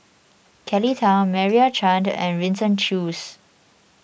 Kelly Tang Meira Chand and Winston Choos